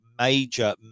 Major